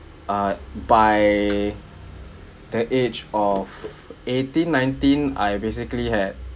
err by the age of eighteen nineteen I basically had